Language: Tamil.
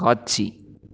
காட்சி